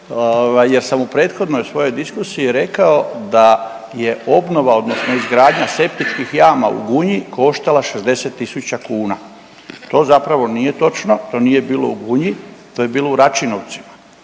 jer sam u prethodnoj svojoj diskusiji rekao da je obnova odnosno izgradnja septičkih jama u Gunji koštala 60 tisuća kuna. To zapravo nije točno, to nije bilo u Gunji, to je bilo u Račinovcima